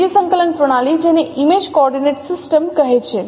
બીજી સંકલન પ્રણાલી જેને ઇમેજ કોઓર્ડિનેંટ સિસ્ટમ કહે છે